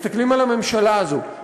מסתכלים על הממשלה הזו,